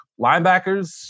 linebackers